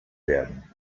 werden